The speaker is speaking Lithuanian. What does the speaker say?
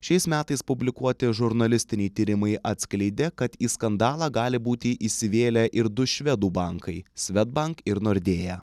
šiais metais publikuoti žurnalistiniai tyrimai atskleidė kad į skandalą gali būti įsivėlę ir du švedų bankai svedbank ir nordėja